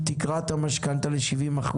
תקרת המשכנתא ל-70%,